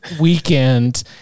weekend